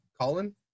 Colin